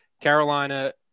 Carolina